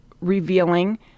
revealing